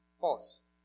Pause